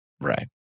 Right